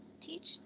teach